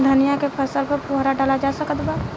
धनिया के फसल पर फुहारा डाला जा सकत बा?